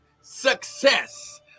success